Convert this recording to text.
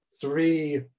three